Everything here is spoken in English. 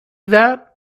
that